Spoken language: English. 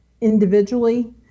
individually